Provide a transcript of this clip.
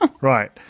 right